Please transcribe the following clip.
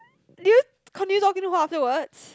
did you continue talking to her afterwards